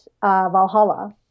Valhalla